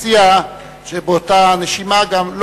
רק אני מציע שבאותה נשימה גם,